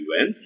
UN